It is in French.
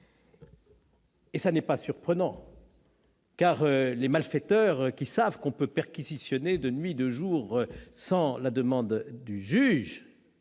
Ce n'est pas surprenant, car les malfaiteurs qui savent que l'on peut perquisitionner de nuit comme de jour, sans la demande du juge,